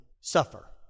suffer